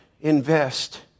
invest